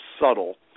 subtle